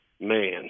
man